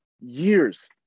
years